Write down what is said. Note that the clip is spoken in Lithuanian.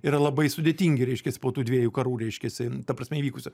yra labai sudėtingi reiškiasi po tų dviejų karų reiškiasi ta prasme įvykusių